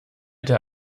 der